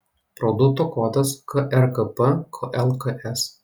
produkto kodas krkp klks